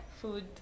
food